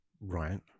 Right